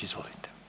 Izvolite.